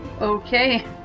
Okay